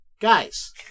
guys